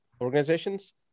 organizations